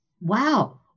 wow